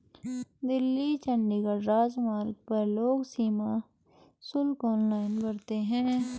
दिल्ली चंडीगढ़ राजमार्ग पर लोग सीमा शुल्क ऑनलाइन भरते हैं